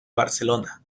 barcelona